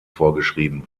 vorgeschrieben